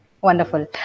Wonderful